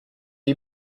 you